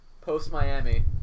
post-Miami